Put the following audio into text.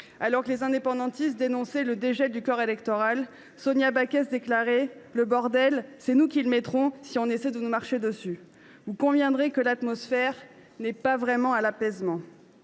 Alors que les indépendantistes dénonçaient le dégel du corps électoral, Sonia Backès déclarait :« Le bordel, c’est nous qui le mettrons si on essaie de nous marcher dessus !» Vous conviendrez que l’atmosphère n’est pas à l’apaisement.